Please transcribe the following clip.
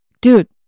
dude